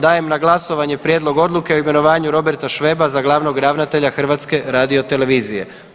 Dajem na glasovanje Prijedlog Odluke o imenovanju Roberta Šveba za glavnog ravnatelja HRT-a.